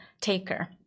taker